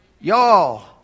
Y'all